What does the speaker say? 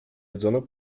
jedzono